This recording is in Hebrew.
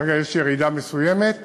כרגע יש ירידה מסוימת.